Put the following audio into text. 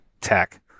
tech